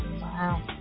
Wow